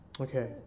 Okay